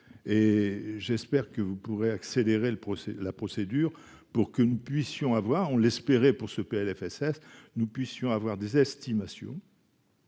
et j'espère que vous pourrez accélérer le procès la procédure pour que nous puissions avoir on l'espérait pour ce PLFSS nous puissions avoir des estimations.